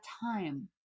time